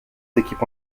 équipes